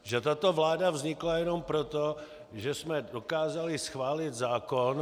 Že tato vláda vznikla jenom proto, že jsme dokázali schválit zákon o státních...